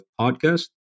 podcast